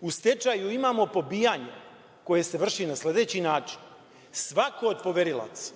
u stečaju imamo pobijanje koje se vrši na sledeći način – svako od poverilaca,